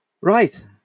right